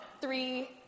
Three